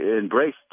embraced